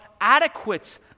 adequate